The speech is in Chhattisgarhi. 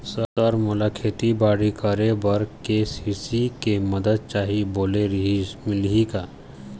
सर मोला खेतीबाड़ी करेबर के.सी.सी के मंदत चाही बोले रीहिस मिलही का?